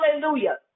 hallelujah